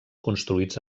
construïts